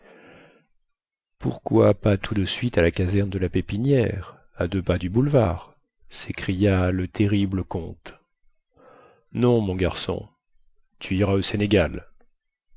pourquoi pas tout de suite à la caserne de la pépinière à deux pas du boulevard sécria le terrible comte non mon garçon tu iras au sénégal